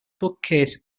bookcase